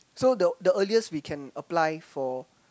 so the the earliest we can apply for